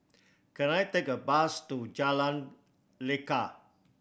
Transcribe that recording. can I take a bus to Jalan Lekar